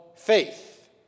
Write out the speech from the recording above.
faith –